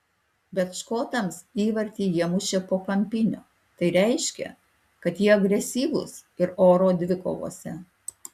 bet škotams įvartį jie mušė po kampinio tai reiškia kad jie agresyvūs ir oro dvikovose